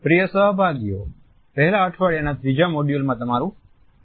પ્રિય સહભાગીઓ પહેલાં અઠવાડિયાના ત્રીજા મોડ્યુલ માં તમારું સ્વાગત છે